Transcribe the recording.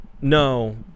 No